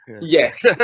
Yes